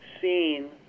seen